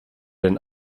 den